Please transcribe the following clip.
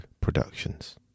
Productions